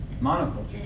Monoculture